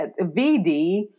VD